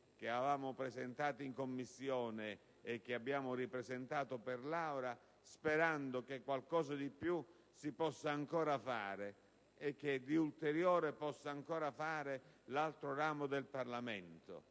che avevamo presentato in Commissione e che abbiamo ripresentato in Aula, sperando che qualcosa di più si possa ancora fare e che qualcosa di ulteriore possa ancora fare l'altro ramo del Parlamento.